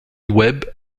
webb